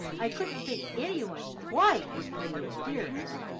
i couldn't think any one quite as pretty as dearest.